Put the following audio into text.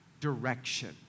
direction